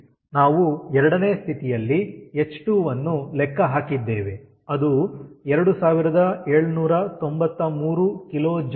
ನಾವು 2ನೇ ಸ್ಥಿತಿಯಲ್ಲಿ ಹೆಚ್2 ವನ್ನು ಲೆಕ್ಕ ಹಾಕಿದ್ದೇವೆ ಅದು 2793 kJkg